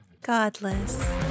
Godless